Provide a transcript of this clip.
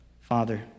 father